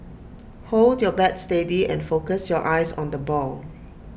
hold your bat steady and focus your eyes on the ball